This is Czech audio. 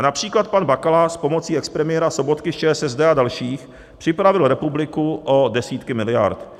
A například pan Bakala s pomoci expremiéra Sobotky z ČSSD a dalších připravil republiku o desítky miliard.